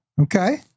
Okay